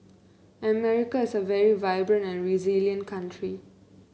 America is a very vibrant and resilient country